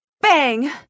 Bang